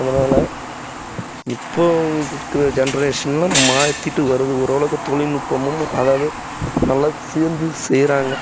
அதனால் இப்போ இருக்கிற ஜென்ரேஷனில் மாற்றிட்டு வருது ஓரளவுக்கு தொழில் நுட்பமும் அதாவது நல்லா சேர்ந்து செய்யறாங்க